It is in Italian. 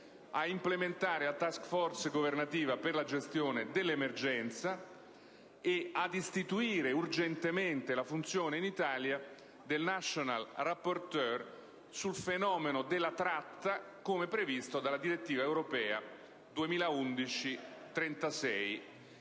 a implementare la *task force* governativa per la gestione dell'emergenza; ad istituire urgentemente la funzione in Italia del *National rapporteur* sul fenomeno della tratta, come previsto della direttiva europea 2011/36/UE,